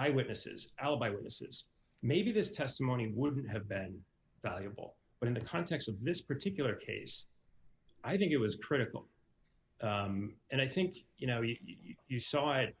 eyewitnesses alibi witnesses maybe this testimony wouldn't have been valuable but in the context of this particular case i think it was critical and i think you know you you saw it